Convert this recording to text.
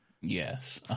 Yes